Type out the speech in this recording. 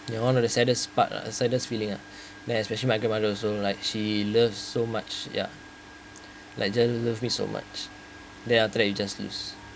ya one of the saddest part lah saddest feeling uh then especially my grandmother also like she loves so much ya legend love me so much they're there